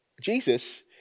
Jesus